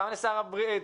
גם לשר הבריאות,